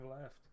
left